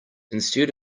instead